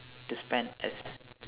to spend as